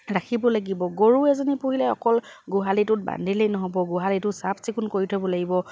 ৰাখিব লাগিব গৰু এজনী পুহিলে অকল গোহালিটোত বান্ধিলেই নহ'ব গোহালিটো চাফ চিকুণ কৰি থ'ব লাগিব